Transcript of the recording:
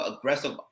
aggressive